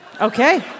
Okay